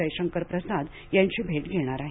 जयशंकर प्रसाद यांची भेट घेणार आहेत